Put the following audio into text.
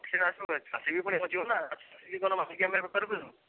ପୁଣି ବଞ୍ଚିବ ନା କ'ଣ ମାପିକି ଆମେ ବେପାର କରିମୁ